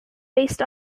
based